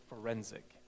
forensic